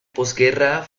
postguerra